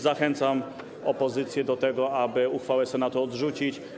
Zachęcam opozycję do tego, aby uchwałę Senatu odrzucić.